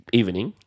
evening